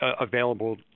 available